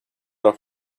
off